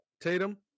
Tatum